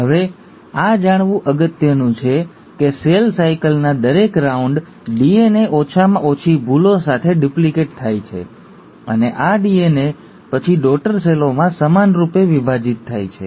હવે આ જાણવું અગત્યનું છે કે સેલ સાયકલના દરેક રાઉન્ડ ડીએનએ ઓછામાં ઓછી ભૂલો સાથે ડુપ્લિકેટ થાય છે અને આ ડીએનએ પછી ડૉટર સેલોમાં સમાનરૂપે વિભાજિત થાય છે